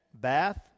Bath